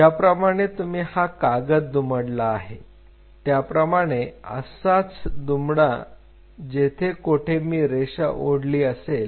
ज्याप्रमाणे तुम्ही हा कागद दुमडला आहे त्याप्रमाणे असाच दुमडा जेथे कोठे मी रेषा ओढली असेल